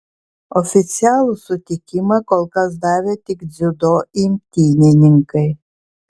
oficialų sutikimą kol kas davė tik dziudo imtynininkai